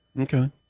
Okay